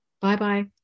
Bye-bye